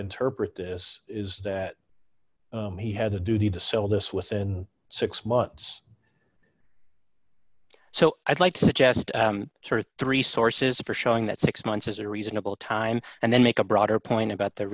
interpret this is that he had a duty to sell this within six months so i'd like to suggest sort of the resources for showing that six months is a reasonable time and then make a broader point about the